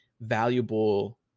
valuable